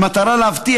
במטרה להבטיח,